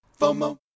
FOMO